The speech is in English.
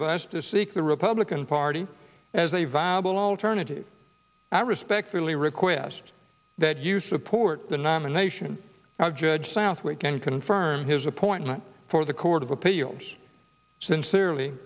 of us to seek the republican party as a viable alternative i respectfully request that you support the nomination of judge south we can confirm his appointment for the court of appeal sincerely